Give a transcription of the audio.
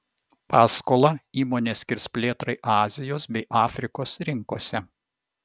paskolą įmonė skirs plėtrai azijos bei afrikos rinkose